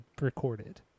recorded